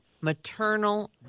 maternal